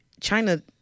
China